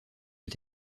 est